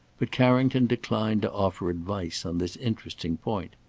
but carrington declined to offer advice on this interesting point.